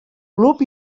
club